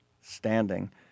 standing